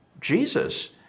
Jesus